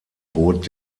bot